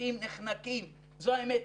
אנשים נחנקים, זו האמת.